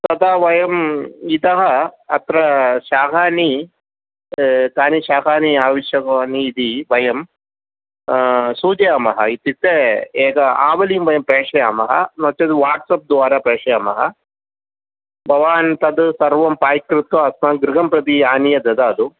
ततः वयम् इतः अत्र शाकानि कानि शाकानि आवश्यकानि इति वयं सूचयामः इत्युक्ते एक आवलिं वयं प्रेषयामः नो चेत् वाट्सप्द्वारा प्रेषयामः भवान् तद् सर्वं पेक् कृत्वा अस्मान् गृहं प्रति आनीय ददातु